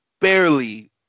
barely